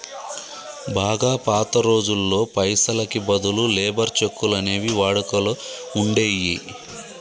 బాగా పాత రోజుల్లో పైసలకి బదులు లేబర్ చెక్కులు అనేవి వాడుకలో ఉండేయ్యి